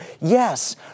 Yes